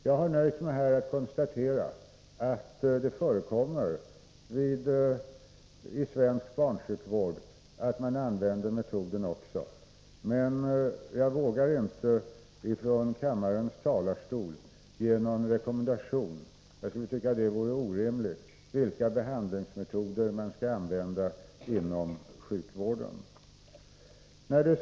Jag har här nöjt mig med att konstatera att det förekommer också i svensk barnsjukvård att man använder metoden, men jag vågar inte från kammarens talarstol ge någon rekommendation om vilka behandlingsmetoder man skall använda inom sjukvården — det tycker jag vore orimligt.